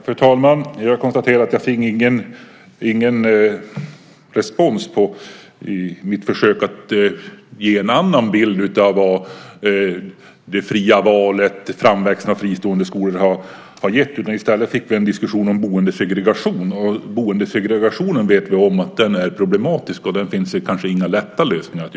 Fru talman! Jag konstaterar att jag inte fick någon respons på mitt försök att ge en annan bild av vad det fria valet och framväxten av fristående skolor har inneburit. I stället fick vi en diskussion om boendesegregationen. Att boendesegregationen är problematisk vet vi, och det finns det inga lätta lösningar på.